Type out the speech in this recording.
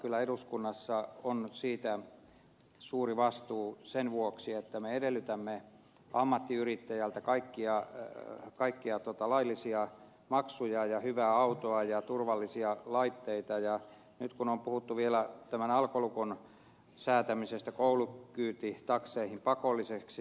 kyllä eduskunnalla on siitä suuri vastuu sen vuoksi että me edellytämme ammattiyrittäjältä kaikkia laillisia maksuja ja hyvää autoa ja turvallisia laitteita ja nyt on puhuttu vielä tämän alkolukon säätämisestä koulukyytitakseihin pakolliseksi